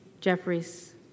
Jeffries